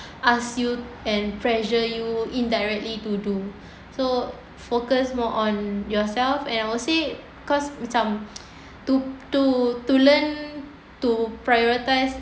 ask you and pressure you indirectly to do so focus more on yourself and say cause macam to to to learn to prioritise